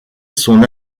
son